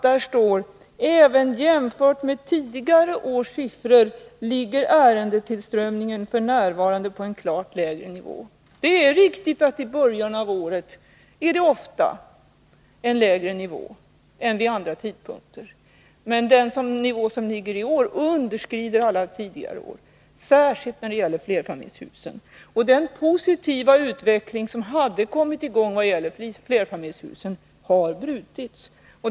Där står: ”Även jämfört med tidigare års siffror ligger ärendetillströmningen f. n. på en klart lägre nivå.” Det är riktigt att i början av året är det ofta en lägre nivå än vid andra tidpunkter. Men årets nivå underskrider alla tidigare års, särskilt när det gäller flerfamiljshusen. Den positiva utveckling som hade kommit i gång beträffande flerfamiljshusen har brutits.